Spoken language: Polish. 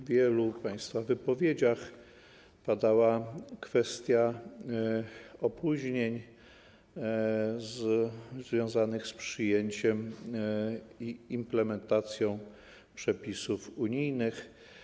W wielu państwa wypowiedziach padała kwestia opóźnień związanych z przyjęciem i implementacją przepisów unijnych.